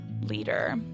leader